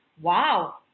Wow